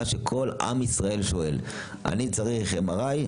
שכל עם ישראל שואל: אם אני צריך MRI,